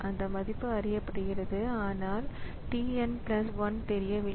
அந்த மதிப்பு அறியப்படுகிறது ஆனால் t n 1 தெரியவில்லை